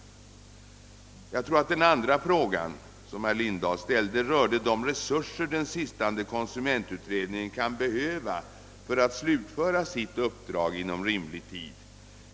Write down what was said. Den andra frågan som herr Lindahl ställde rörde de resurser som den sittande konsumentutredningen kan behöva för att slutföra sitt uppdrag inom rimlig tid.